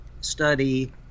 study